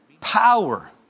power